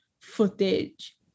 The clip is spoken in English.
footage